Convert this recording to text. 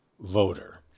Voter